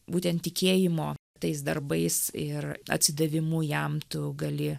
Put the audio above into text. būtent tikėjimo tais darbais ir atsidavimu jam tu gali